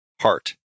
heart